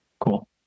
Cool